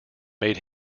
made